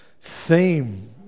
theme